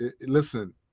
Listen